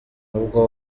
nubwo